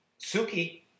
Suki